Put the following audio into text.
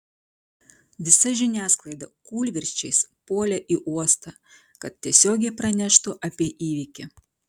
visa žiniasklaida kūlvirsčiais puolė į uostą kad tiesiogiai praneštų apie įvykį